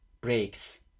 breaks